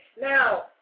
Now